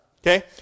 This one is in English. Okay